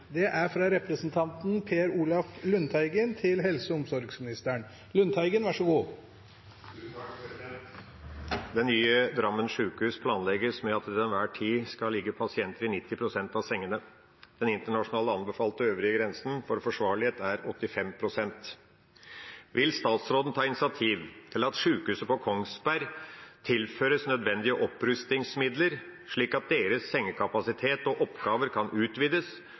nye Drammen sykehus planlegges med at det til enhver tid skal ligge pasienter i 90 pst. av sengene. Den internasjonalt anbefalte øvrige grensen for forsvarlighet er 85 pst. Vil statsråden ta initiativ til at sykehuset på Kongsberg tilføres nødvendige opprustningsmidler slik at deres sengekapasitet og oppgaver kan utvides,